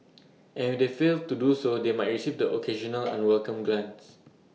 and if they fail to do so they might receive the occasional unwelcome glance